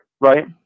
Right